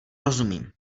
rozumím